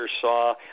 saw